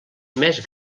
més